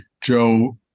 joe